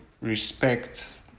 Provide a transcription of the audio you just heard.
respect